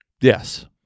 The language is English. Yes